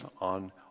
on